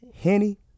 Henny